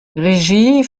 regie